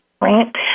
Right